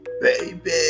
Baby